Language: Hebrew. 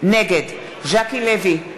נגד ז'קי לוי,